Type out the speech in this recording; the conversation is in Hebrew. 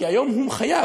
כי היום הוא מחויב,